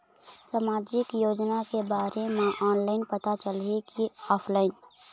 सामाजिक योजना के बारे मा ऑनलाइन पता चलही की ऑफलाइन?